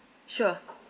sure